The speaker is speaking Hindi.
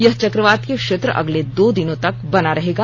यह चक्रवातीय क्षेत्र अगले दो दिनों तक बना रहेगा